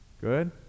good